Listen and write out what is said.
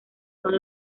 son